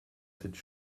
cette